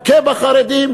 תכה בחרדים,